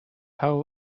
hull